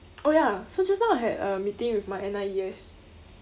oh ya so just now I had a meeting with my N_I_E_S